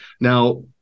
Now